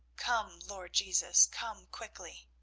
come, lord jesus, come quickly.